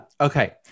Okay